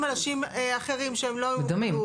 אנשים אחרים שהם לא היו --- מדמים.